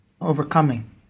overcoming